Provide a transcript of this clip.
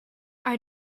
are